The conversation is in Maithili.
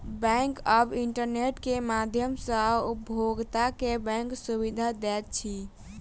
बैंक आब इंटरनेट के माध्यम सॅ उपभोगता के बैंक सुविधा दैत अछि